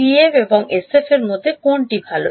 TF এবং SF এর মধ্যে কোনটি ভাল